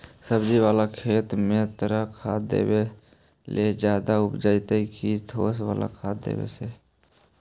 सब्जी बाला खेत में तरल खाद देवे से ज्यादा उपजतै कि ठोस वाला खाद देवे से?